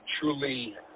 truly